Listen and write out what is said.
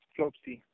Flopsy